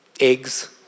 eggs